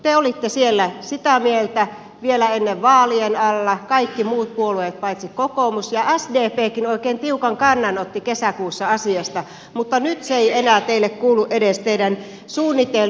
te olitte sitä mieltä vielä vaalien alla kaikki muut puolueet paitsi kokoomus ja sdpkin oikein tiukan kannan otti kesäkuussa asiasta mutta nyt se ei enää kuulu edes teidän suunnitelmiinne